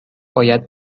باید